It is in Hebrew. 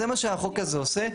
זה מה שהחוק הזה עושה.